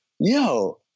Yo